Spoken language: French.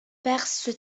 percent